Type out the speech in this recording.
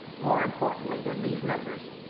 more importantly than these numbers,